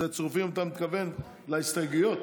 צירופים, אתה מתכוון להסתייגויות,